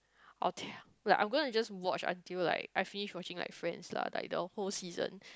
oh the~ like I'm going to watch until like I finish watching my friend lah by the whole season